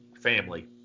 family